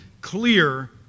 clear